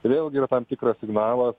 vėlgi yra tam tikras signalas